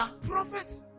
Prophet